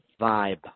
vibe